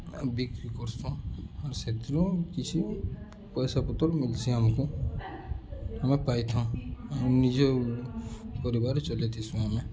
ବିକ୍ରି କର୍ସୁଁ ଆର୍ ସେଥିରୁ କିଛି ପଏସା ପତର୍ ମିଲ୍ସି ଆମ୍କୁ ଆମେ ପାଇଥାଉଁ ଆଉ ନିଜେ ପରିବାର୍ ଚଲେଇଥିସୁଁ ଆମେ